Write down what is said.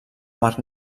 mar